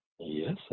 Yes